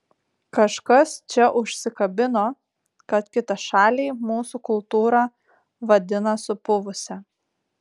kažkas čia užsikabino kad kitašaliai mūsų kultūrą vadina supuvusia